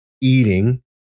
eating